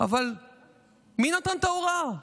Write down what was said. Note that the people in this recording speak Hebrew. אבל מי נתן את ההוראה?